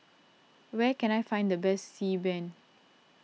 where can I find the best Xi Ban